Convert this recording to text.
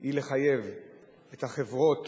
היא חיוב החברות